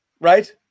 Right